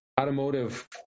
Automotive